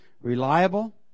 reliable